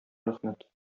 рәхмәт